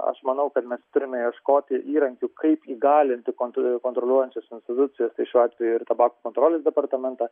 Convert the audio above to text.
aš manau kad mes turime ieškoti įrankių kaip įgalinti kontro kontroliuojančias institucijas šiuo atveju ir tabako kontrolės departamentą